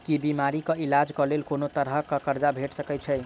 की बीमारी कऽ इलाज कऽ लेल कोनो तरह कऽ कर्जा भेट सकय छई?